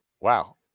Wow